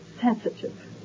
sensitive